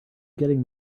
getting